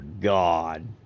God